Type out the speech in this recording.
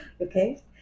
Okay